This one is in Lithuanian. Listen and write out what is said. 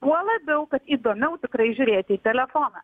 tuo labiau kad įdomiau tikrai žiūrėti į telefoną